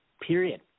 period